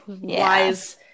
Wise